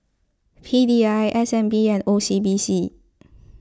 P D I S N B and O C B C